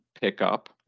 pickup